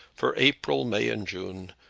for april, may, and june.